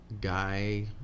guy